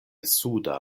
suda